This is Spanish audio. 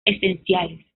esenciales